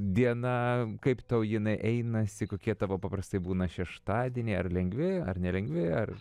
diena kaip tau jinai einasi kokie tavo paprastai būna šeštadieniai ar lengvi ar nelengvi ar